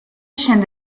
scene